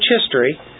history